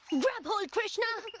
grab hold, krishna.